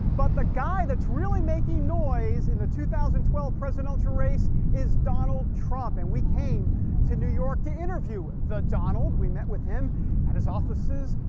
but the guy that's really making noise in the two thousand twelve presidential race is donald trump. and we came to new york to interview the donald. we met with him at his offices,